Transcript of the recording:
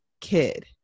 kid